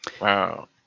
Wow